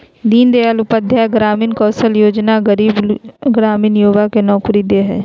दीन दयाल उपाध्याय ग्रामीण कौशल्य योजना गरीब ग्रामीण युवा के नौकरी दे हइ